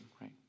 right